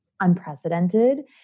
unprecedented